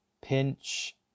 pinch